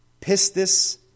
pistis